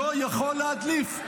לא יכול להדליף.